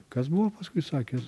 kas buvo paskui sakėt